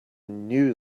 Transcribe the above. knew